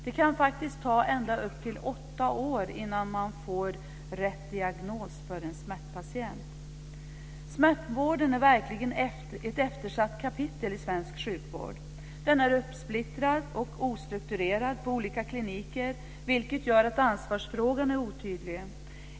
Det kan faktiskt ta ända upp till åtta år innan en smärtpatient får rätt diagnos. Smärtvården är verkligen ett eftersatt kapitel i svensk sjukvård. Den är uppsplittrad och omstrukturerad på olika kliniker, vilket gör att ansvarsfrågan är otydlig.